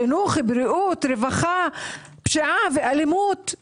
חינוך, בריאות, רווחה, פשיעה ואלימות.